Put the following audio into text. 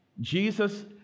Jesus